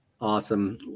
awesome